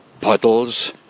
puddles